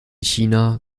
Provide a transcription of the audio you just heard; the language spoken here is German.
china